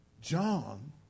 John